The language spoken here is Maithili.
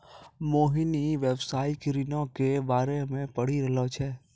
मोहिनी व्यवसायिक ऋणो के बारे मे पढ़ि रहलो छै